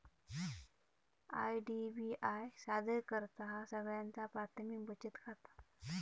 IDBI सादर करतहा सगळ्यांचा प्राथमिक बचत खाता